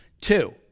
Two